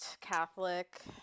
Catholic